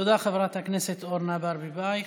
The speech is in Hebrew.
תודה, חברת הכנסת אורנה ברביבאי.